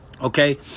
Okay